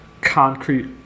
concrete